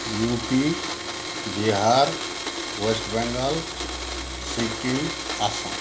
UP Bihar west Bengal Sikkim Assam